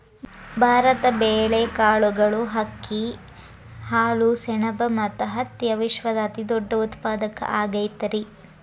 ಭಾರತ ಬೇಳೆ, ಕಾಳುಗಳು, ಅಕ್ಕಿ, ಹಾಲು, ಸೆಣಬ ಮತ್ತ ಹತ್ತಿಯ ವಿಶ್ವದ ಅತಿದೊಡ್ಡ ಉತ್ಪಾದಕ ಆಗೈತರಿ